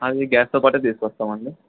అది గ్యాస్తో పాటే తీసుకొస్తామండి